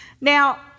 Now